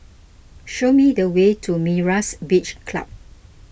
show me the way to Myra's Beach Club